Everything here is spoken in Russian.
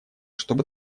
чтобы